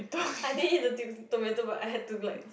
I didn't eat the to~ tomato but I had to like